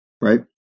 right